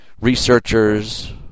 researchers